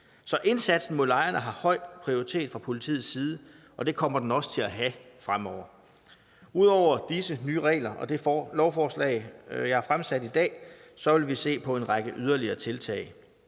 Så indsatsen mod lejrene har høj prioritet fra politiets side, og det kommer den også til at have fremover. Ud over disse nye regler og det lovforslag, jeg har fremsat i dag, vil vi se på en række yderligere tiltag.